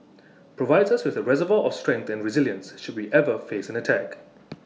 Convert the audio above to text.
provides us with A reservoir of strength and resilience should we ever face an attack